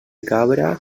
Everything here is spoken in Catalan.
cabra